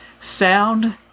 sound